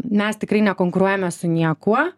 mes tikrai nekonkuruojame su niekuo